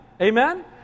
amen